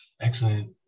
excellent